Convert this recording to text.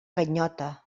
ganyota